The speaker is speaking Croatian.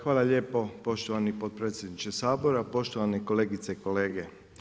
Hvala lijepa poštovani potpredsjedniče Sabora, poštovane kolegice i kolege.